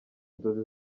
inzozi